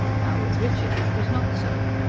now with richard, it was not so.